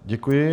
Děkuji.